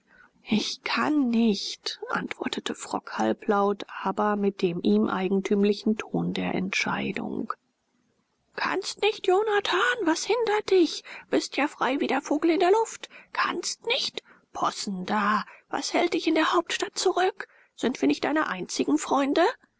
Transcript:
ich kann nicht antwortete frock halblaut aber mit dem ihm eigentümlichen ton der entscheidung kannst nicht jonathan was hindert dich bist ja frei wie der vogel in der luft kannst nicht possen da was hält dich in der hauptstadt zurück sind wir nicht deine einzigen freunde